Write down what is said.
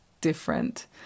different